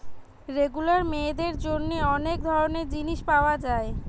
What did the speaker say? regular মেয়েদের জন্যে অনেক ধরণের জিনিস পায়া যায়